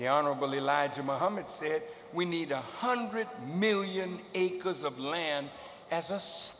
the honorable elijah muhammad said we need a hundred million acres of land as us